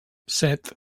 set